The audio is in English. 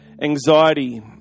Anxiety